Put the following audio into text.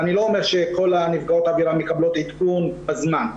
ואני לא אומר שכל הנפגעות עבירה מקבלות עדכון בזמן,